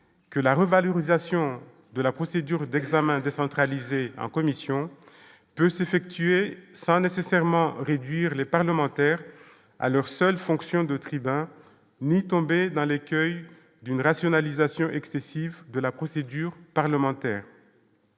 que la revalorisation de la procédure d'examen en commission peut s'effectuer sans nécessairement réduire les parlementaires à leur seule fonction de tribun ni tomber dans l'écueil d'une rationalisation excessive de la procédure parlementaire,